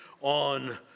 on